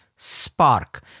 Spark